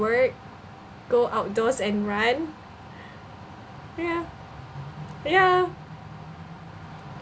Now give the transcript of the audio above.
work go outdoors and run ya ya